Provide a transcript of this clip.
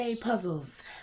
puzzles